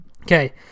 Okay